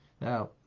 now